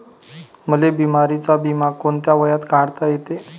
मले बिमारीचा बिमा कोंत्या वयात काढता येते?